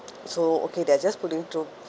so okay they're just pulling through